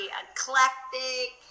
eclectic